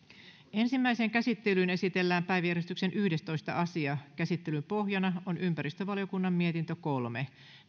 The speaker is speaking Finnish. ensimmäiseen käsittelyyn esitellään päiväjärjestyksen yhdestoista asia käsittelyn pohjana on ympäristövaliokunnan mietintö kolme